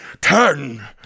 ten